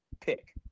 pick